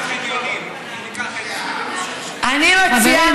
אני מציעה,